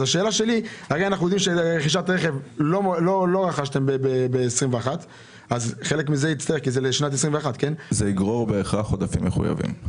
אנחנו יודעים שלא רכשתם רכב בשנת 2021. זה בהכרח יגרור עודפים מחויבים.